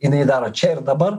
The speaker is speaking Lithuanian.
jinai daro čia ir dabar